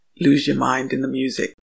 lose-your-mind-in-the-music